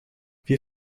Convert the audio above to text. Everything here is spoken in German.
wir